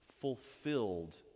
fulfilled